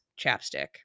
chapstick